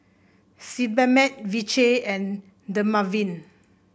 Sebamed Vichy and Dermaveen